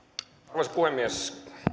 arvoisa puhemies